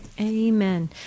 Amen